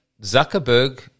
Zuckerberg